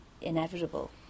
inevitable